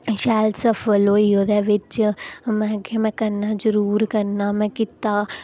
शैल सफल होई ओह्दे बिच में आखेआ में करना जरूर करना में कीता